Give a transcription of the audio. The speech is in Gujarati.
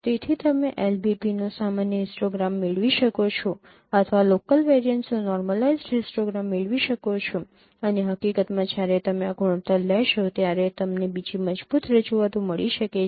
તેથી તમે LBP નો સામાન્ય હિસ્ટોગ્રામ મેળવી શકો છો અથવા લોકલ વેરિયન્સનું નૉર્મલાઇઝ્ડ હિસ્ટોગ્રામ મેળવી શકો છો અને હકીકતમાં જ્યારે તમે આ ગુણોત્તર લેશો ત્યારે તમને બીજી મજબૂત રજૂઆતો મળી શકે છે